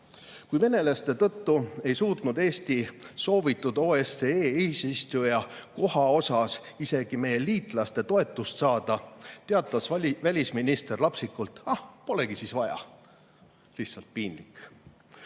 Kui venelaste tõttu ei suutnud Eesti soovitud OSCE eesistuja koha saamiseks isegi meie liitlaste toetust saada, teatas välisminister lapsikult: "Ah, polegi siis vaja." Lihtsalt piinlik! Ka